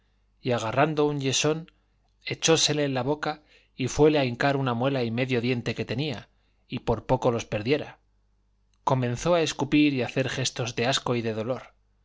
y agarrando un yesón echósele en la boca y fuele a hincar una muela y medio diente que tenía y por poco los perdiera comenzó a escupir y hacer gestos de asco y de dolor